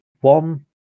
one